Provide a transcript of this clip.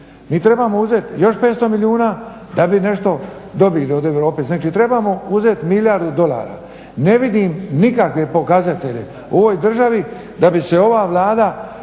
Mi trebamo uzeti još 500 milijuna da bi nešto dobili od Europe znači trebamo uzeti milijardu dolara. Ne vidim nikakve pokazatelje u ovoj državi da bi se ova vlada